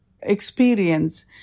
experience